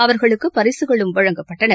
அவர்களுக்கு பரிசுகளும் வழங்கப்பட்டன